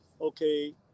okay